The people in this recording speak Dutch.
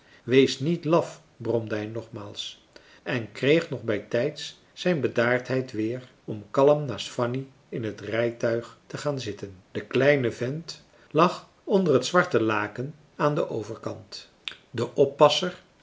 wees niet laf bromde hij nogmaals en kreeg nog bij tijds zijn bedaardheid weer om kalm naast fanny in het rijtuig te gaan zitten de kleine vent lag onder het zwarte laken aan den overkant de oppasser